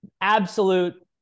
absolute